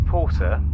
Porter